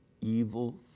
evil